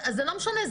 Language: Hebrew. זה לא משנה,